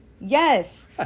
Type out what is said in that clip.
Yes